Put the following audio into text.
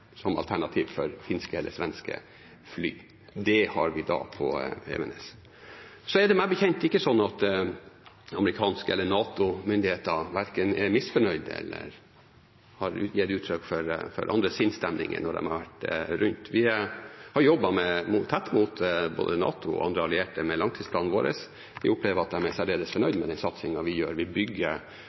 alternativ for finske eller svenske fly. Det har vi da på Evenes. Det er meg bekjent ikke sånn at amerikanske myndigheter eller NATO-myndigheter verken er misfornøyde eller har gitt uttrykk for andre sinnsstemninger når de har vært rundt. Vi har jobbet tett mot både NATO og andre allierte med langtidsplanen vår. Vi opplever at de er særdeles fornøyd med satsingen vi har. Vi bygger